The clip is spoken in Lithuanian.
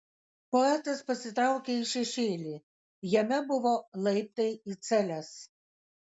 poetas pasitraukė į šešėlį jame buvo laiptai į celes